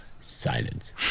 silence